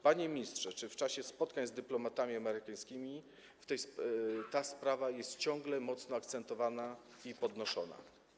Panie ministrze, czy w czasie spotkań z dyplomatami amerykańskimi ta sprawa jest ciągle mocno akcentowana i podnoszona?